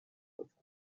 بکند